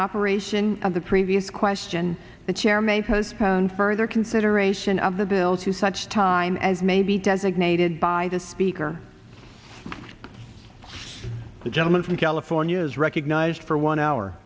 operation of the previous question the chair may postpone further consideration of the bill to such time as may be designated by the speaker the gentleman from california is recognized for one hour